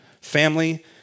Family